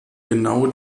genau